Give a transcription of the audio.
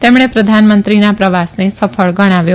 તેમણે પ્રધાનમંત્રીના પ્રવાસને સફળ ગણાવ્યો